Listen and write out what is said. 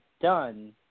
done